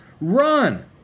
Run